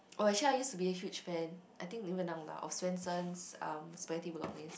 oh I actually I used to be a huge fan I think even now lah of Swensen's spaghetti bolognese